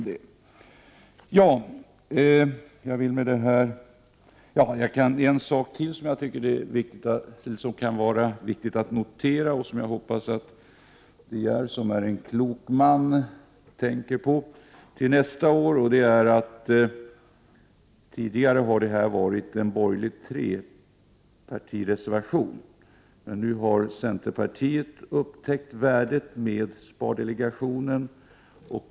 Det är ytterligare en sak som jag tycker är riktigt att notera och som jag hoppas att Lars De Geer som är en klok man skall tänka på till nästa år. Tidigare har detta nämligen varit en borgerlig trepartireservation. Nu har emellertid centerpartiet upptäckt värdet med spardelegationen.